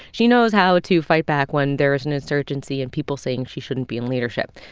she knows how to fight back when there is an insurgency and people saying she shouldn't be in leadership.